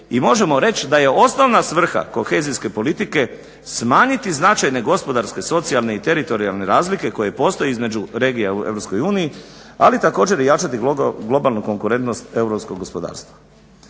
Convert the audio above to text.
i možemo reći da je osnovna svrha kohezijske politike smanjiti značajne gospodarske, socijalne i teritorijalne razlike koje postoje između regija u Europskoj uniji, ali također i jačati globalnu konkurentnost europskog gospodarstva.